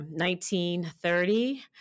1930